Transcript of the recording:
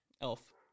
Elf